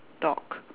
dog